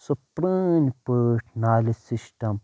سُہ پرٛٲنۍ پٲٹھۍ نالہِ سِسٹم